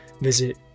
visit